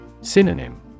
Synonym